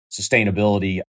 sustainability